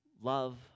love